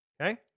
Okay